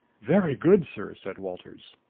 very good, sir, said walters.